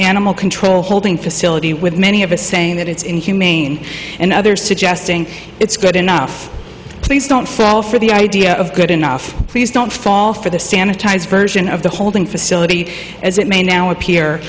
animal control holding facility with many of us saying that it's inhumane and others suggesting it's good enough please don't fall for the idea of good enough please don't fall for the sanitized version of the holding facility as it may now appear